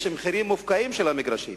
יש מחירים מופקעים של מגרשים.